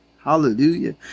Hallelujah